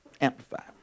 Amplify